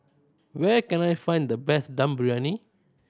where can I find the best Dum Briyani